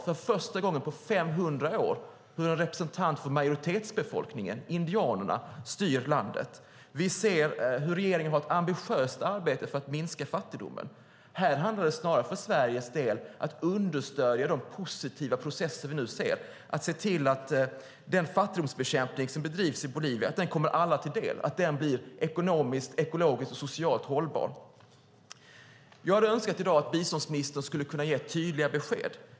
För första gången på 500 år styr en representant för majoritetsbefolkningen, indianerna, landet. Regeringen har ett ambitiöst arbete för att minska fattigdomen. Här handlar det för Sveriges del snarare om att understödja de positiva processerna och se till att fattigdomsbekämpningen kommer alla till del och blir ekonomiskt, ekologiskt och socialt hållbar. Jag hade önskat att biståndsministern i dag gett tydliga besked.